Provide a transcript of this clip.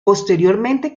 posteriormente